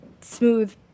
smooth